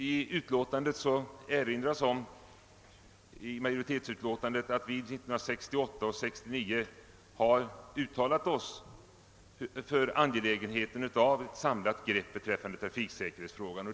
Majoriteten erinrar i utlåtandet om att vi 1968 och 1969 har uttalat oss för angelägenheten av ett samlat grepp på trafiksäkerhetsfrågorna.